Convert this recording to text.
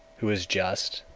who is just,